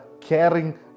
caring